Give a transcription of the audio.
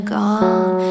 gone